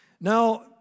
Now